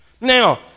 Now